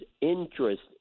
interest